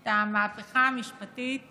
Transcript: את המהפכה המשפטית